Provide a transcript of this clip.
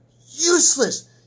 useless